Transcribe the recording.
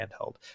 handheld